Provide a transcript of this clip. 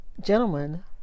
gentlemen